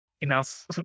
enough